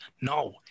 no